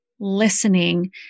Listening